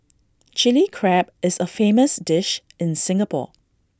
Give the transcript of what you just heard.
Chilli Crab is A famous dish in Singapore